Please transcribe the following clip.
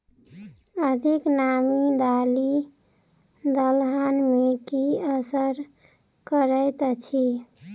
अधिक नामी दालि दलहन मे की असर करैत अछि?